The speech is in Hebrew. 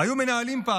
היו מנהלים פעם,